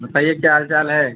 बताइए क्या हाल चाल है